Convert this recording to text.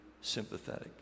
sympathetic